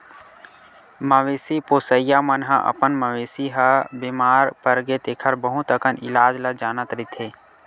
मवेशी पोसइया मन ह अपन मवेशी ह बेमार परगे तेखर बहुत अकन इलाज ल जानत रहिथे